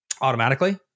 Automatically